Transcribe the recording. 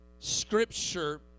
scripture